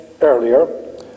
earlier